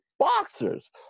Boxers